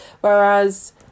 whereas